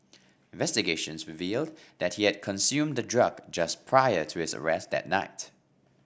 investigations revealed that he had consumed the drug just prior to his arrest that night